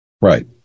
Right